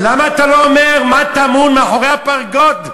למה אתה לא אומר מה טמון מאחורי הפרגוד?